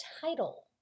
title